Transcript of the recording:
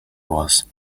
was